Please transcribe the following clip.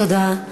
תודה.